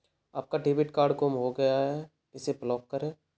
आपका debit card गुम हो गया है इसे ब्लॉक करें